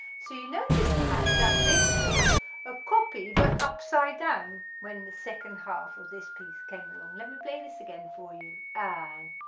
so you noticed perhaps that this was a copy but upside down when the second half of this piece came along, let me play this again for you and